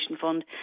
fund